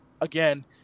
again